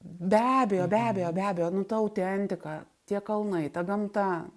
be abejo be abejo be abejo nu ta autentika tie kalnai ta gamta